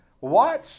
Watch